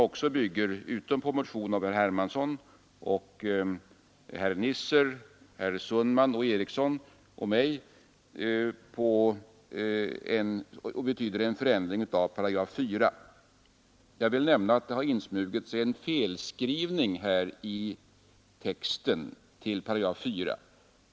Det bygger, förutom på en motion av herr Hermansson, på motioner av herr Nisser, herrar Sundman och Eriksson i Ulfsbyn och mig, och det innebär en förändring av 4 §. Jag vill nämna att det har insmugit sig ett fel i texten till 4 §.